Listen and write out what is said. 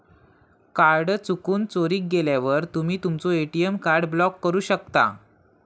card चुकून, चोरीक गेल्यावर तुम्ही तुमचो ए.टी.एम कार्ड ब्लॉक करू शकता